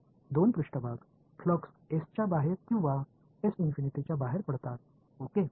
दोन पृष्ठभाग फ्लक्स एसच्या बाहेर किंवा च्या बाहेर पडतात ओके